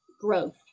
growth